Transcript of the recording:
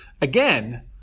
Again